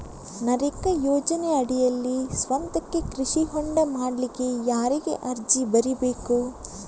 ನರೇಗಾ ಯೋಜನೆಯಡಿಯಲ್ಲಿ ಸ್ವಂತಕ್ಕೆ ಕೃಷಿ ಹೊಂಡ ಮಾಡ್ಲಿಕ್ಕೆ ಯಾರಿಗೆ ಅರ್ಜಿ ಬರಿಬೇಕು?